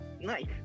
nice